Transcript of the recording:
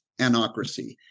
anocracy